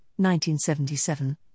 1977